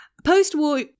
Post-war